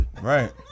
right